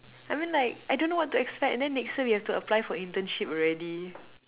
I mean like I don't know what to expect and then next year we have to apply for internship already